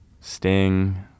Sting